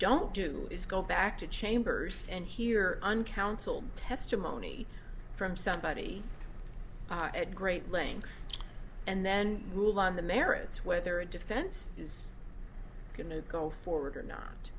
don't do is go back to chambers and hear on counsel testimony from somebody at great length and then rule on the merits whether a defense is going to go forward or not